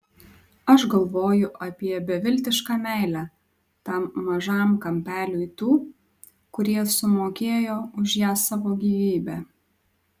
aš galvoju apie beviltišką meilę tam mažam kampeliui tų kurie sumokėjo už ją savo gyvybe